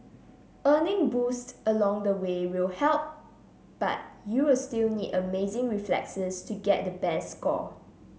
earning boosts along the way will help but you'll still need amazing reflexes to get the best score